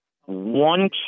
one